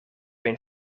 een